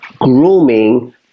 grooming